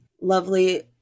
lovely